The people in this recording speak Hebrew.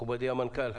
מכובדי המנכ"ל.